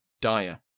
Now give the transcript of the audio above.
dire